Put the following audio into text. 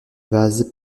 vases